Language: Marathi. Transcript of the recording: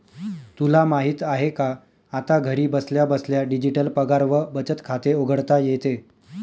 तुला माहित आहे का? आता घरी बसल्या बसल्या डिजिटल पगार व बचत खाते उघडता येते